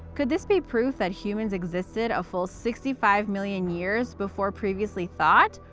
could this be proof that humans existed a full sixty five million years before previously thought,